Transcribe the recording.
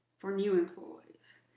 for new employees.